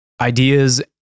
ideas